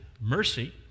mercy